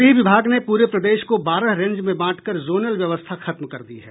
गृह विभाग ने पूरे प्रदेश को बारह रेंज में बांटकर जोनल व्यवस्था खत्म कर दी है